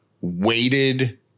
weighted